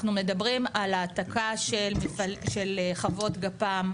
אנחנו מדברים על העתקה של חוות גפ"מ,